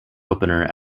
opener